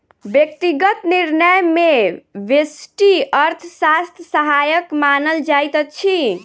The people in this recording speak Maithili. व्यक्तिगत निर्णय मे व्यष्टि अर्थशास्त्र सहायक मानल जाइत अछि